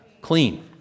Clean